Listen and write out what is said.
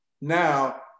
now